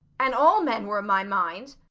an all men were a my mind